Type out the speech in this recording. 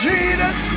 Jesus